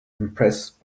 impressed